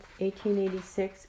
1886